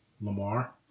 Lamar